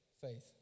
faith